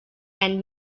and